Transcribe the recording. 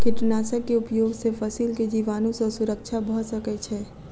कीटनाशक के उपयोग से फसील के जीवाणु सॅ सुरक्षा भअ सकै छै